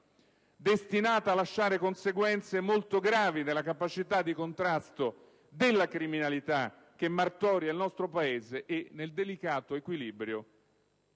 destinata a lasciare conseguenze molto gravi nella capacità di contrasto della criminalità che martoria il nostro Paese e nel delicato equilibrio